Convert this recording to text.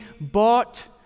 bought